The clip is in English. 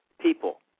people